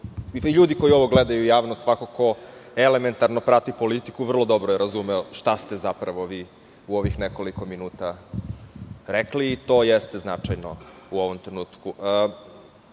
Ljudi koji ovo gledaju i javnost, svakako, elementarno prati politiku, vrlo dobro je razumeo šta ste zapravo vi, u ovih nekoliko minuta rekli i to jeste značajno u ovom trenutku. Ne